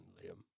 Liam